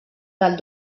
del